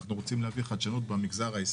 ואנחנו רוצים להביא חדשנות במגזר העסקי.